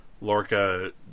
Lorca